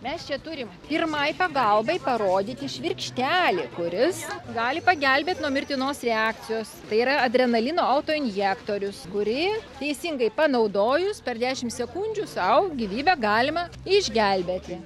mes čia turim pirmai pagalbai parodyti švirkštelį kuris gali pagelbėt nuo mirtinos reakcijos tai yra adrenalino autoinjektorius kurį teisingai panaudojus per dešim sekundžių sau gyvybę galime išgelbėti